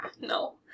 No